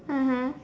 mmhmm